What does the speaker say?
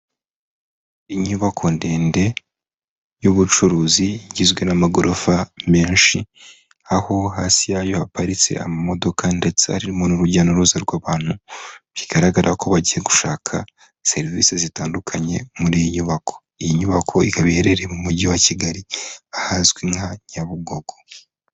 Inyubako ndende y'ubucuruzi igizwe n'amagorofa menshi, aho hasi yayo haparitse amamodoka ndetse harimo n'urujya n'uruza rw'abantu, bigaragara ko bagiye gushaka serivisi zitandukanye muri iyi nyubako, iyi nyubako ika iherereye mu mujyi wa Kigali ahazwi nka Nyabugogo.